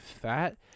fat